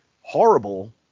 horrible